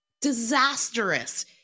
disastrous